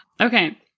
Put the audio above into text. Okay